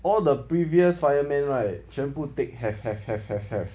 all the previous fireman right 全部 tick have have have have have